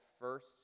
first